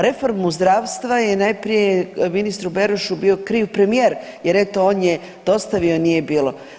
Reformu zdravstva je najprije ministru Berošu bio kriv premijer jer eto, on je dostavio, a nije bilo.